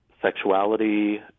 sexuality